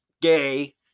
gay